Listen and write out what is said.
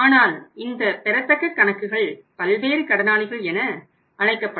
ஆனால் இந்த பெறத்தக்க கணக்குகள் பல்வேறு கடனாளிகள் என அழைக்கப்படும்